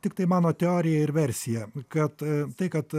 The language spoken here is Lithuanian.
tiktai mano teorija ir versija kad tai kad